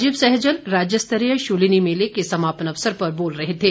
राजीव सहजल राज्यस्तरीय शूलिनी मेले के समापन अवसर पर बोल रहे थे